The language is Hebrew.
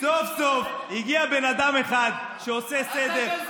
סוף-סוף הגיע בן אדם אחד שעושה סדר,